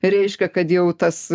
reiškia kad jau tas